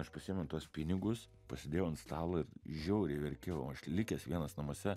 aš pasiėmiau tuos pinigus pasidėjau ant stalo ir žiauriai verkiau aš likęs vienas namuose